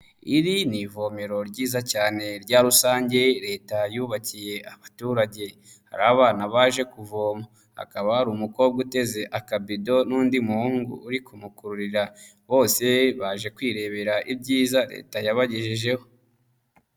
Iri ni ivomero ryiza cyane rya rusange Leta yubakiye abaturage, hari abana baje kuvoma hakaba hari umukobwa uteze akabido n'undi muhungu uri kumukururira, bose baje kwirebera ibyiza Leta yabagejejeho.